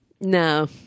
no